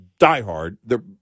diehard